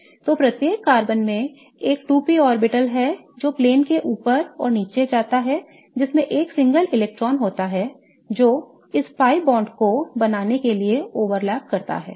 तो प्रत्येक कार्बन में एक 2p ऑर्बिटल्स है जो plane के ऊपर और नीचे जाता है जिसमें एक single इलेक्ट्रॉन होता है जो इस pi बांड को बनाने के लिए ओवरलैप करता है